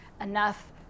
enough